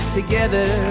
together